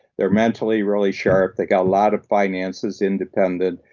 they're mentally really sharp, they've got a lot of finances, independent,